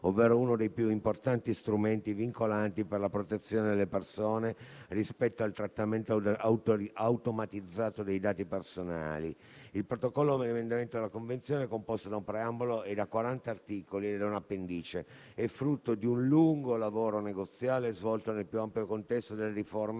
ed è uno dei più importanti strumenti vincolanti per la protezione delle persone rispetto al trattamento automatizzato dei dati personali. Il protocollo è composto da un preambolo, da 40 articoli e da una appendice; è frutto di un lungo lavoro negoziale svolto nel più ampio contesto delle riforme